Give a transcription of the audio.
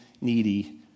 needy